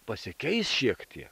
pasikeis šiek tiek